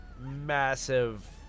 Massive